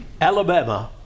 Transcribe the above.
Alabama